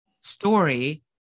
story